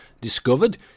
discovered